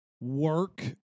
work